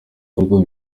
ariko